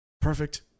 perfect